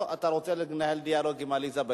אתה רוצה לנהל דיאלוג עם עליזה,